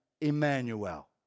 Emmanuel